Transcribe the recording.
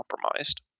compromised